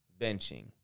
benching